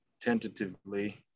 tentatively